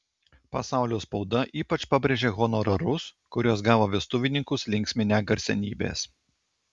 pasaulio spauda ypač pabrėžia honorarus kuriuos gavo vestuvininkus linksminę garsenybės